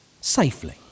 safely